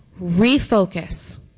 refocus